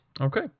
Okay